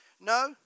No